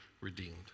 redeemed